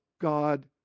God